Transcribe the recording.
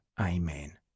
Amen